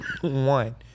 one